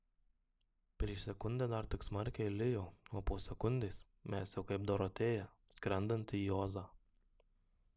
prieš sekundę dar tik smarkiai lijo o po sekundės mes jau kaip dorotėja skrendanti į ozą